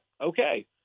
okay